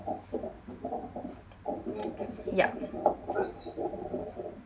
yup